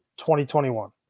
2021